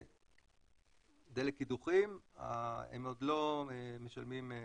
דלק קידוחים הם עוד לא משלמים היטל.